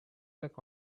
luck